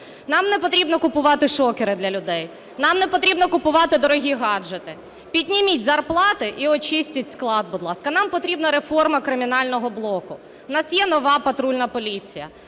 Нам не потрібно купувати шокери для людей, нам не потрібно купувати дорогі гаджети, підніміть зарплати і очистіть склад, будь ласка. Нам потрібна реформа кримінального блоку. У нас є нова патрульна поліція.